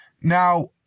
Now